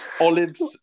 olives